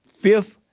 fifth